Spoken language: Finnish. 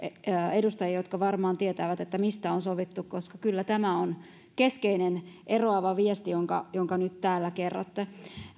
edustajia jotka varmaan tietävät mistä on sovittu koska kyllä tämä on keskeinen eroava viesti jonka jonka nyt täällä kerrotte